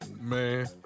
Man